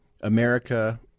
America